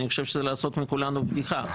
אני חושב שזה לעשות מכולנו בדיחה.